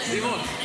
הזדמנות.